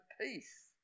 peace